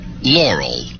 laurel